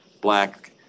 black